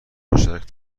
مشترک